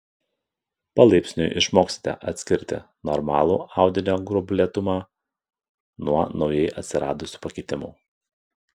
palaipsniui išmoksite atskirti normalų audinio gruoblėtumą nuo naujai atsiradusių pakitimų